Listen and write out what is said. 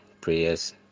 prayers